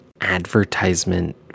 advertisement